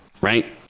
right